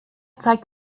zeigt